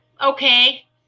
okay